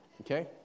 okay